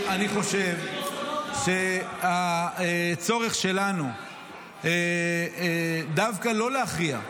ולכן אני חושב שהצורך שלנו הוא דווקא לא להכריע.